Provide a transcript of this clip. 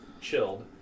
chilled